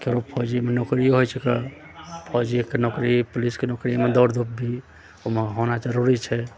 केकरो फौजीमे नौकरीयो होइ छै तऽ फौजीके नौकरी पुलिसके नौकरीमे दौड़ धूप भी ओहिमे होना जरुरी छै